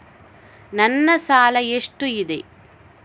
ನನ್ನ ಸಾಲ ಎಷ್ಟು ಇದೆ?